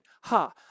Ha